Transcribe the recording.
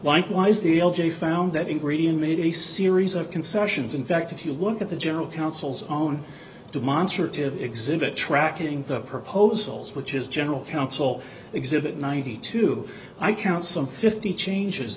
likewise the l g found that ingredient made a series of concessions in fact if you look at the general counsel's own demonstrative exhibit tracking the proposals which is general counsel exhibit ninety two i count some fifty changes